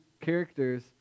characters